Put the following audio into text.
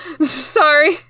Sorry